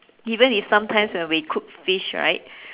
even if sometimes when we cook fish right